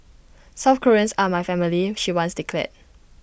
South Koreans are my family she once declared